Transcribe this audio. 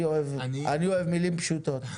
אני אוהב מילים פשוטות.